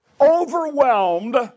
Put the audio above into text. overwhelmed